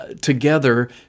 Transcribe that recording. together